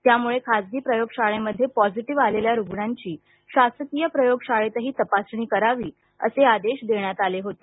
त्यामुळे खासगी प्रयोगशाळेमध्ये पॉझिटिव्ह आलेल्या रुग्णांची शासकीय प्रयोगशाळेतही तपासणी करावी असे आदेश देण्यात आले होते